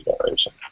generation